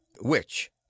Which